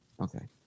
Okay